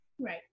Right